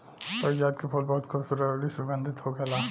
पारिजात के फूल बहुत खुबसूरत अउरी सुगंधित होखेला